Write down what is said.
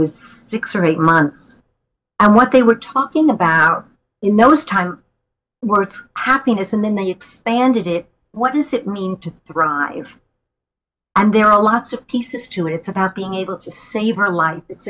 was six or eight months and what they were talking about in those time worth happiness and then the standard it what does it mean to thrive and there are lots of pieces to it it's about being able to save her life it's